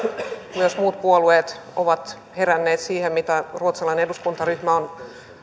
myös muut puolueet ovat heränneet siihen mitä ruotsalainen eduskuntaryhmä on